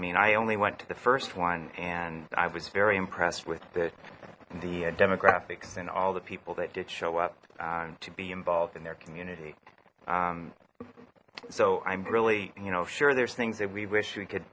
mean i only went to the first one and i was very impressed with the the demographics and all the people that did show up to be involved in their community so i'm really you know sure there's things that we wish we could